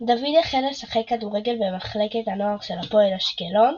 דוד החל לשחק כדורגל במחלקת הנוער של הפועל אשקלון,